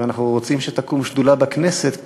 ואנחנו רוצים שתקום שדולה בכנסת.